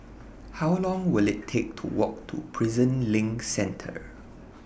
How Long Will IT Take to Walk to Prison LINK Centre